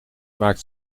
maakt